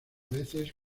veces